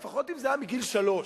לפחות אם זה היה מגיל שלוש.